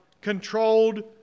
controlled